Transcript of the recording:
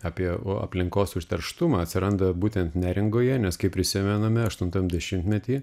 apie aplinkos užterštumą atsiranda būtent neringoje nes kaip prisimename aštuntam dešimtmety